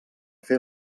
fer